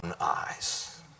eyes